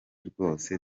rwose